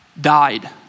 died